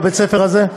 בבית-הספר הזה,